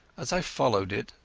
as i followed it,